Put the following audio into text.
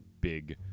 big